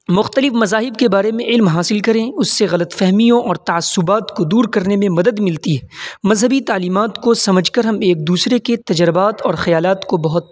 مختلف مذاہب کے بارے میں علم حاصل کریں اس سے غلط فہمیوں اور تعصبات کو دور کرنے میں مدد ملتی ہے مذہبی تعلیمات کو سمجھ کر ہم ایک دوسرے کے تجربات اور خیالات کو بہت